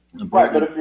right